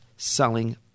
selling